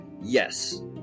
yes